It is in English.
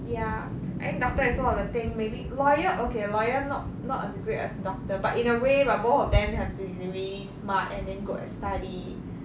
ya I think doctor is one of the thing maybe lawyer okay lawyer not not as great as doctor but in a way but both of them have to be really smart and then go and study